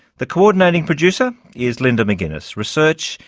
the coordinating producer is linda mcginness research,